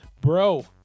Bro